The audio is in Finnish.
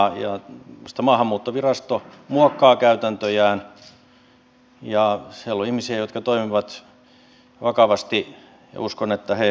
sitten maahanmuuttovirasto muokkaa käytäntöjään ja siellä on ihmisiä jotka toimivat vakavasti ja uskon että he huomioivat kokonaisuutta